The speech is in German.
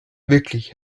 wirklich